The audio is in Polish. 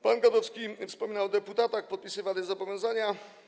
Pan Gadowski wspominał o deputatach, o podpisywaniu zobowiązania.